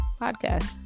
podcast